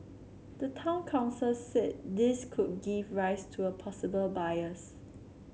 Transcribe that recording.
the town council said this could give rise to a possible bias